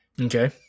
Okay